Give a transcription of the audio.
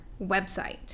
website